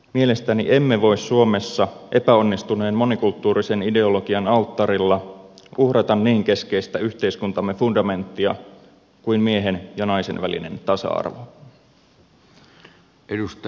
mielestäni emme voi suomessa epäonnistuneen monikulttuurisen ideologian alttarilla uhrata niin keskeistä yhteiskuntamme fundamenttia kuin miehen ja naisen välistä tasa arvoa